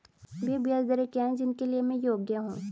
वे ब्याज दरें क्या हैं जिनके लिए मैं योग्य हूँ?